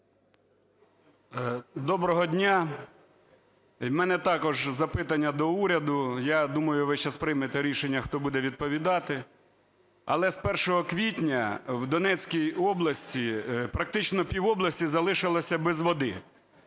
Доброго дня! В мене також запитання до уряду. Я думаю, що ви зараз приймете рішення, хто буде відповідати. Але з 1 квітня в Донецькій області практично півобласті залишилося без води